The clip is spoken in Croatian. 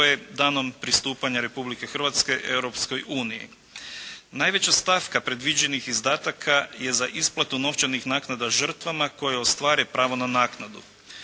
danom pristupanja Republike Hrvatske Europskoj uniji. Najveća stavka predviđenih izdataka je za isplatu novčanih naknada žrtvama koje ostvare pravo na naknadu.